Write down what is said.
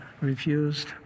refused